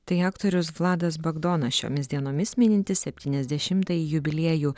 tai aktorius vladas bagdonas šiomis dienomis minintis septyniasdešimtąjį jubiliejų